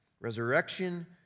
Resurrection